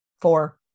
Four